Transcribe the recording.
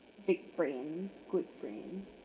big brain good brain